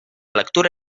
lectura